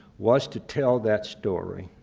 was to tell that story,